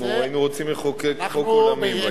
היינו רוצים לחוקק חוק עולמי.